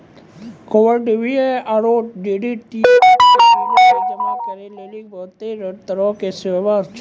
cable TV आरु DTH के बिलो के जमा करै लेली बहुते तरहो के सेवा छै